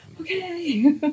okay